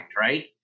right